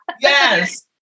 Yes